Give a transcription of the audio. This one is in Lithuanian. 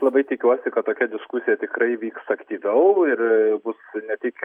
labai tikiuosi kad tokia diskusija tikrai vyks aktyviau ir bus ne tik